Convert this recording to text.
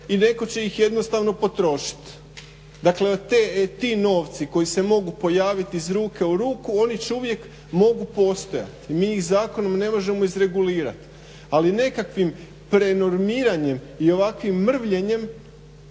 i netko će ih jednostavno potrošit. Dakle ti novci koji se mogu pojaviti iz ruke u ruku oni uvijek mogu postojati i mi ih zakonom ne možemo izregulirat, ali nekakvim prenormiranjem i ovakvim mrvljenjem